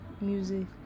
music